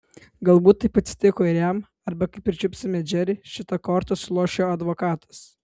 galbūt taip atsitiko ir jam arba kai pričiupsime džerį šita korta suloš jo advokatas